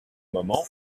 moment